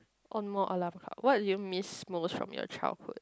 what do you miss most from your childhood